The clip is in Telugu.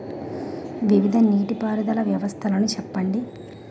వివిధ నీటి పారుదల వ్యవస్థలను చెప్పండి?